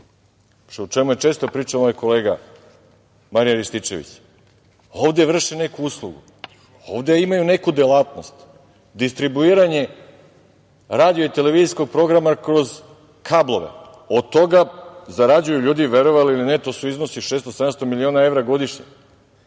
čemu je često pričao moj kolega Marijan Rističević, ovde vrše neku uslugu, ovde imaju neku delatnost, distribuiranje radio-televizijskog programa kroz kablove. Od toga zarađuju ljudi, verovali ili ne, to su iznosi od 600-700 miliona evra godišnje.